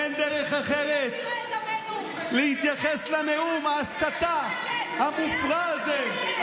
אין דרך אחרת להתייחס לנאום ההסתה המופרע הזה.